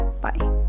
Bye